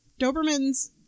Dobermans